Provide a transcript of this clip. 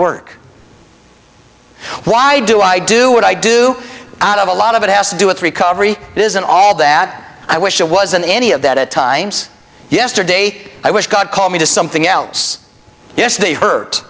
work why do i do what i do out of a lot of it has to do with recovery isn't all that i wish it wasn't any of that at times yesterday i wish god called me to something else yes the hurt